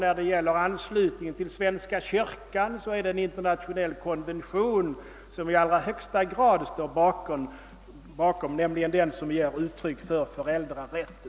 Vad beträffar anslutningen till svenska kyrkan stöder man sig därvid på en internationell konvention, nämligen den som är ett uttryck för föräldrarätten.